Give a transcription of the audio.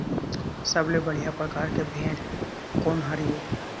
सबले बढ़िया परकार के भेड़ कोन हर ये?